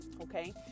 Okay